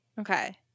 Okay